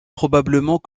probablement